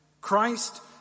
Christ